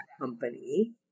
company